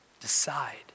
Decide